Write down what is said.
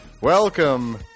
welcome